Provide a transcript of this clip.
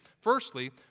Firstly